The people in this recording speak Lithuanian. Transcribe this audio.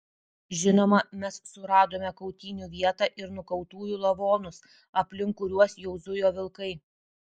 žinoma mes suradome kautynių vietą ir nukautųjų lavonus aplink kuriuos jau zujo vilkai